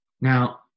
Now